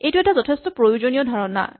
এইটো এটা যথেষ্ট প্ৰয়োজনীয় ধাৰণা